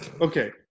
Okay